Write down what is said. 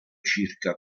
circa